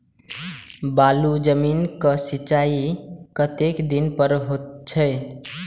बालू जमीन क सीचाई कतेक दिन पर हो छे?